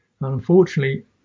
unfortunately